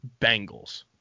Bengals